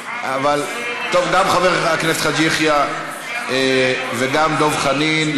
גם חבר הכנסת חאג' יחיא וגם דב חנין,